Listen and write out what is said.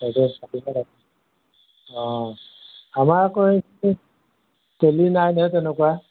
অঁ আমাৰ আকৌ এই তেলী নাই নহয় তেনেকুৱা